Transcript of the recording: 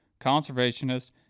conservationist